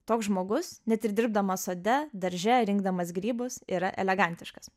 toks žmogus net ir dirbdamas sode darže rinkdamas grybus yra elegantiškas